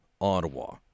Ottawa